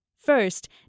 First